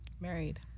Married